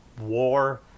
war